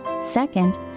Second